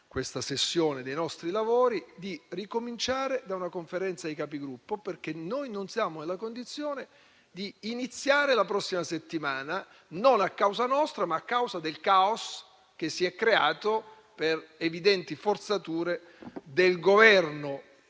al presidente La Russa di ricominciare da una Conferenza dei Capigruppo. Noi non siamo nella condizione di iniziare la prossima settimana, e non a causa nostra, ma a causa del caos che si è creato per evidenti forzature del Governo